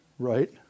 Right